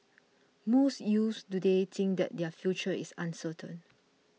most youths today think that their future is uncertain